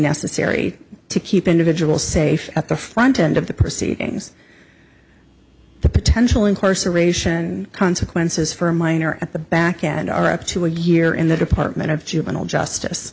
necessary to keep individual safe at the front end of the proceedings the potential incarceration consequences for a minor at the back and are up to a year in the department of juvenile justice